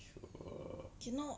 sure